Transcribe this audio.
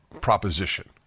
proposition